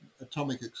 atomic